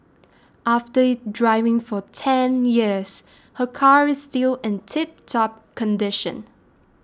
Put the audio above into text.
after driving for ten years her car is still in tiptop condition